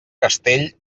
castell